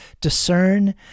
discern